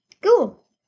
Cool